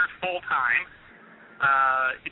full-time